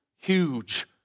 huge